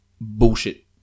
Bullshit